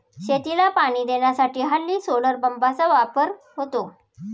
शेतीला पाणी देण्यासाठी हल्ली सोलार पंपचा वापर होतो